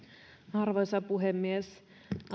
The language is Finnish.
arvoisa puhemies